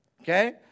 Okay